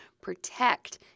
protect